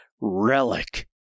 relic